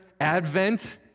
Advent